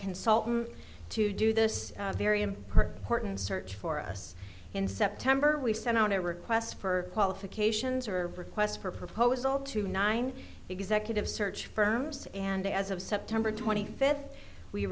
consultant to do this very important porton search for us in september we sent out a request for qualifications or request for proposal to nine executive search firms and as of september twenty